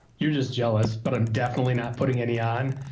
you're just jealous, but i'm definitely not putting any on.